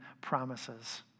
promises